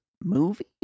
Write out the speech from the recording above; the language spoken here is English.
movie